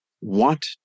want